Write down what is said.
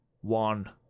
one